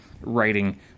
writing